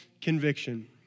conviction